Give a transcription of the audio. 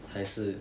还是